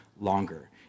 longer